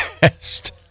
best